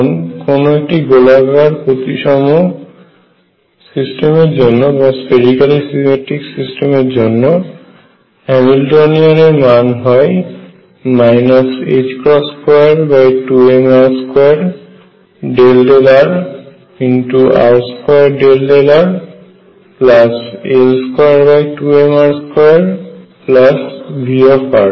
এখন কোন একটি গোলাকার প্রতিসম সিস্টেমের জন্য হ্যামিল্টনীয়ান এর মান হয় ℏ22mr2∂rr2∂rL22mr2V